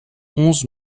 onze